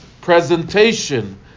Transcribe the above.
presentation